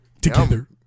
together